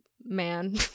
man